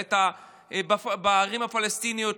בערים הפלסטיניות,